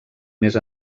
més